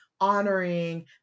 honoring